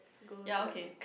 ya okay